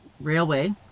railway